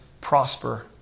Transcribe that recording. prosper